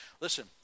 Listen